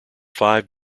five